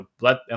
let